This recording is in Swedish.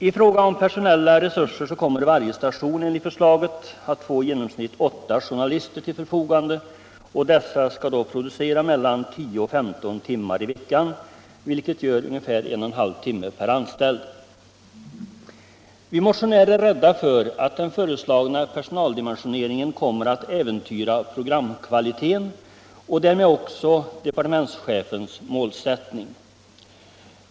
I fråga om personella resurser skall varje station enligt förslaget få i genomsnitt åtta journalister till förfogande och dessa skall producera mellan 10 och 15 timmar i veckan, vilket gör ungefär en och en halv timme per anställd. Vi motionärer är rädda för att den föreslagna personaldimensioneringen kommer att äventyra programkvaliteten och därmed även departementschefens målsättning.